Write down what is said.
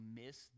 miss